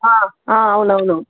అవునవును